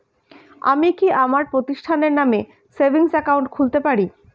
আমি কি আমার প্রতিষ্ঠানের নামে সেভিংস একাউন্ট খুলতে পারি?